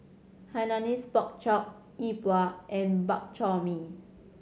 Hainanese Pork Chop Yi Bua and Bak Chor Mee